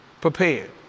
prepared